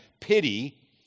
pity